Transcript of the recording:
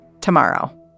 tomorrow